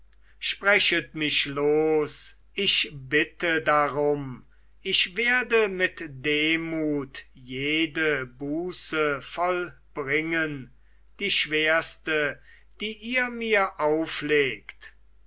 sprechet mich los ich bitte darum ich werde mit demut jede buße vollbringen die schwerste die ihr mir auflegt